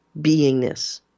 beingness